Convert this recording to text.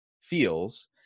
feels